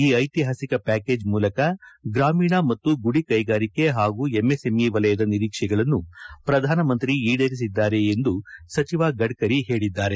ಈ ಐತಿಹಾಸಿಕ ಪ್ಯಾಕೇಜ್ ಮೂಲಕ ಗ್ರಾಮೀಣ ಮತ್ತು ಗುಡಿ ಕೈಗಾರಿಕೆ ಹಾಗೂ ಎಂಎಸ್ಎಂಇ ವಲಯದ ನಿರೀಕ್ಷೆಗಳನ್ನು ಪ್ರಧಾನಮಂತ್ರಿ ಈಡೇರಿಸಿದ್ದಾರೆ ಎಂದು ಸಜಿವ ಗಡ್ಕರಿ ಹೇಳಿದ್ದಾರೆ